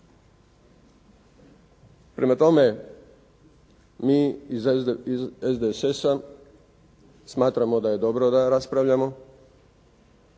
Prema tome, mi iz SDSS-a smatramo da je dobro da raspravljamo